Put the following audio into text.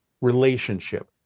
relationship